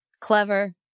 clever